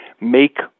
make